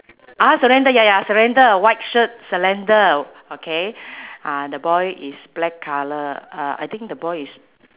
ah surrender ya ya surrender white shirt surrender okay uh the boy is black colour uh I think the boy is